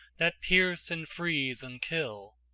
that pierce and freeze and kill,